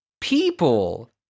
people